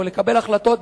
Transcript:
או לקבל החלטות,